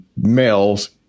males